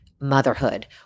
motherhood